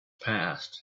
passed